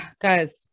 Guys